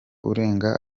urenga